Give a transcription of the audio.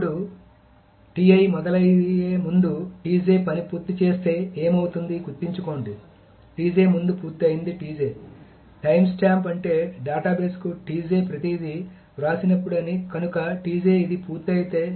ఇప్పుడు మొదలైయే ముందే పని పూర్తిచేస్తే ఏమవుతుంది గుర్తుంచుకోండి ముందు పూర్తయింది టైమ్ స్టాంప్ అంటే డేటాబేస్కు tj ప్రతిదీ వ్రాసినప్పుడు అని కనుక ఇది పూర్తయితే